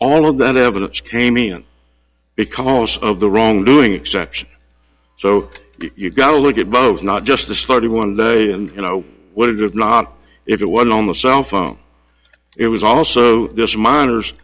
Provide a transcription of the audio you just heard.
all of that evidence came in because of the wrongdoing exception so you got to look at both not just the start of one day and you know what it is not if it was on the cell phone it was also this